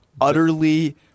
utterly